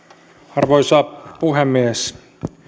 arvoisa puhemies